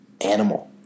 animal